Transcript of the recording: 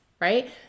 Right